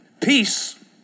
Peace